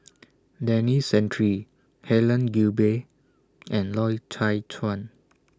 Denis Santry Helen Gilbey and Loy Chye Chuan